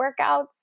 workouts